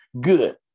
Good